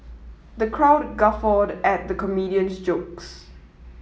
the crowd guffawed at the comedian's jokes